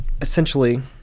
Essentially